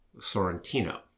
Sorrentino